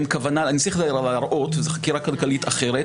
אני צריך - זו חקירה כלכלית אחרת